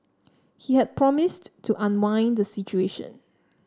he had promised to unwind the situation